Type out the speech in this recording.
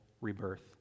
rebirth